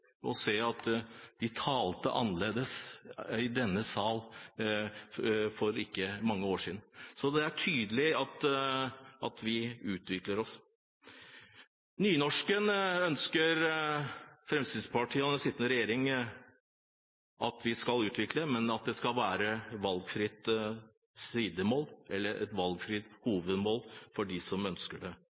se at de talte annerledes i denne sal for ikke mange år siden. Det er tydelig at vi utvikler oss. Nynorsken ønsker Fremskrittspartiet og den sittende regjering at man skal utvikle, men at det skal være valgfritt sidemål – eller et valgfritt hovedmål – for dem som ønsker det.